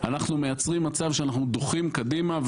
אנחנו מייצרים מצב שבו אנחנו דוחים קדימה,